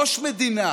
ראש מדינה